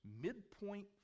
midpoint